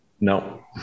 no